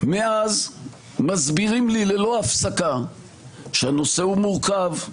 מאז מסבירים לי ללא הפסקה שהנושא הוא מורכב,